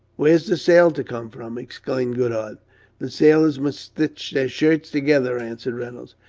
where's the sail to come from? exclaimed goodhart the sailors must stitch their shirts together answered reynolds.